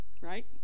right